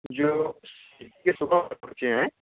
जो हैं